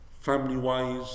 family-wise